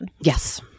Yes